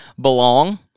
belong